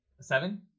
seven